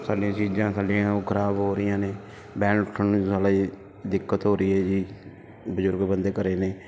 ਸਾਡੀਆਂ ਚੀਜ਼ਾਂ ਸਾਡੀਆਂ ਉਹ ਖਰਾਬ ਹੋ ਰਹੀਆਂ ਨੇ ਬਹਿਣ ਉੱਠਣ ਨੂੰ ਸਾਡੀ ਦਿੱਕਤ ਹੋ ਰਹੀ ਹੈ ਜੀ ਬਜ਼ੁਰਗ ਬੰਦੇ ਘਰੇ ਨੇ